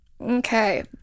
Okay